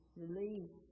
release